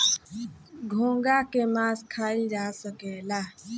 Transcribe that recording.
घोंघा के मास खाइल जा सकेला